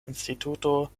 instituto